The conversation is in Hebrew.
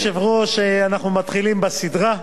אדוני היושב-ראש, אנחנו מתחילים בסדרה,